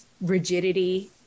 rigidity